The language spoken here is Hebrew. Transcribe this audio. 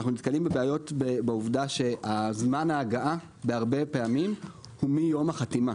אנו נתקלים בבעיות בעובדה שזמן ההגעה הרבה פעמים הוא מיום החתימה,